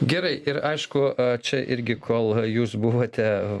gerai ir aišku čia irgi kol jūs buvote